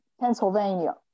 Pennsylvania